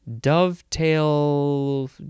Dovetail